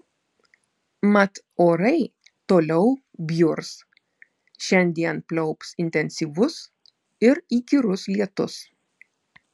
mat orai toliau bjurs šiandien pliaups intensyvus ir įkyrus lietus